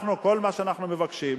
כל מה שאנחנו מבקשים